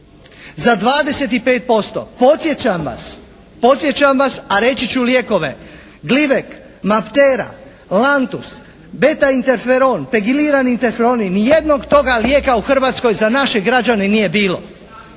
za 25%. Podsjećam vas, a reći ću lijekove Glivek, Maptera, Lantus, Betainteferon, Pegiliraniteferon, ni jednog toga lijeka u Hrvatskoj za naše građane nije bilo,